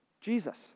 Jesus